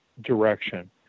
direction